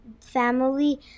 family